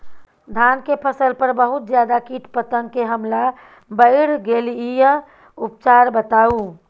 धान के फसल पर बहुत ज्यादा कीट पतंग के हमला बईढ़ गेलईय उपचार बताउ?